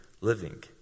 living